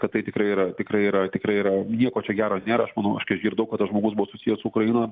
kad tai tikrai yra tikrai yra tikrai yra nieko čia gero nėra aš manau aš kai išgirdau kad tas žmogus buvo susijęs su ukraina